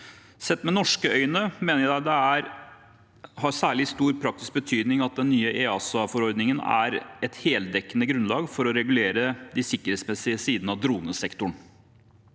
Sett med norske øyne mener jeg det har særlig stor praktisk betydning at den nye EASA-forordningen er et heldekkende grunnlag for å regulere de sikkerhetsmessige sidene av dronesektoren.